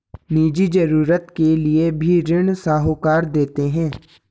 निजी जरूरत के लिए भी ऋण साहूकार देते हैं